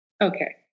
Okay